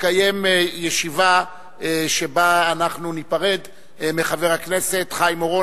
נקיים ישיבה שבה ניפרד מחבר הכנסת חיים אורון,